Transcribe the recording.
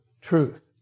truth